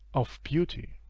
of beauty.